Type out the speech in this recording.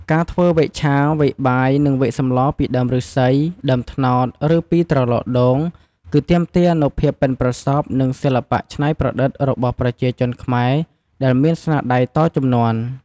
ការធ្វើវែកឆា វែកបាយ និងវែកសម្លពីដើមឫស្សី ដើមត្នោត ឬពីត្រឡោកដូង គឺទាមទារនូវភាពប៉ិនប្រសប់ និងសិល្បៈច្នៃប្រឌិតរបស់ប្រជាជនខ្មែរដែលមានស្នាដៃតជំនាន់។